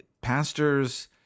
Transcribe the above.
Pastors